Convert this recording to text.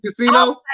casino